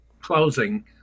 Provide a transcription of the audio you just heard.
closing